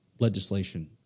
Legislation